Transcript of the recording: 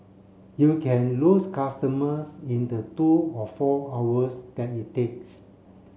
you can lose customers in the two or four hours that it takes